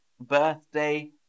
Birthday